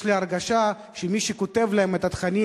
יש לי הרגשה שמי שכותב להם את התכנים